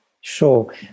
Sure